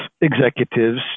executives